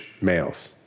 males